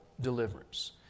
deliverance